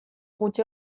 gutxi